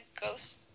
ghost